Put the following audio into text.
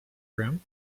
room